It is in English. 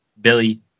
Billy